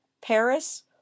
Paris